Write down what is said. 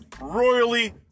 royally